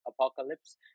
apocalypse